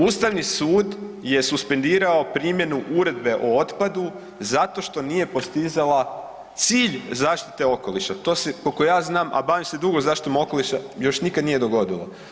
Ustavni sud je suspendirao primjenu Uredbe o otpadu zato što nije postizala cilj zaštite okoliša, to se, koliko ja znam, a bavim se dugo zaštitom okoliša, još nikad nije dogodilo.